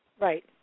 Right